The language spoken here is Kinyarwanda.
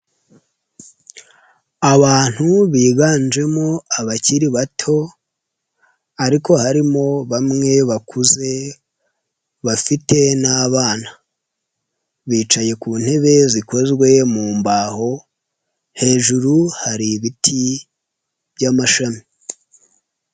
Abantu biganjemo abakiri bato ariko harimo bamwe bakuze, bafite n'abana, bicaye ku ntebe zikozwe mu mbaho, hejuru hari ibiti by'amashami.